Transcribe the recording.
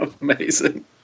Amazing